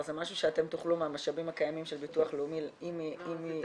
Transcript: תוכלו מהמשאבים הקיימים של ביטוח לאומי אם -- לא,